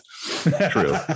True